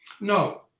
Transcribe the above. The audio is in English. No